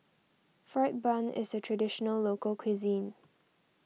Fried Bun is a Traditional Local Cuisine